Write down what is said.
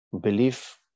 belief